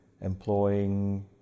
employing